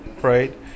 right